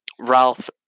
Ralph